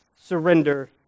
surrender